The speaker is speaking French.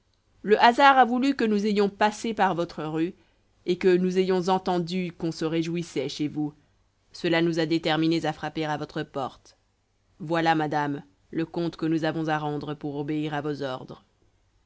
le hasard a voulu que nous ayons passé par votre rue et que nous ayons entendu qu'on se réjouissait chez vous cela nous a déterminés à frapper à votre porte voilà madame le compte que nous avons à rendre pour obéir à vos ordres